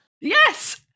Yes